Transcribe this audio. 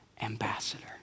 ambassador